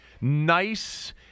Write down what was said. nice